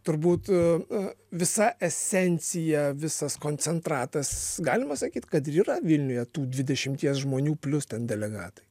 turbūt visa esencija visas koncentratas galima sakyt kad yra vilniuje tų dvidešimties žmonių plius ten delegatai